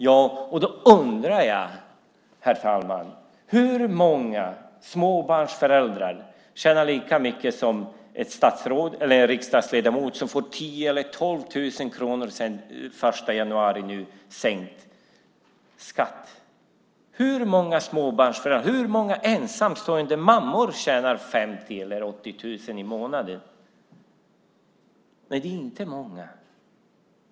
Då undrar jag, herr talman: Hur många småbarnsföräldrar tjänar lika mycket som ett statsråd eller en riksdagsledamot som får sänkt skatt med 10 000 eller 12 000 kronor sedan den 1 januari? Hur många ensamstående mammor tjänar 50 000 eller 80 000 kronor i månaden?